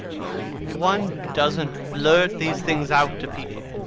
oh! one doesn't blurt these things out to people.